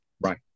Right